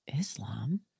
Islam